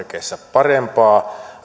parempaa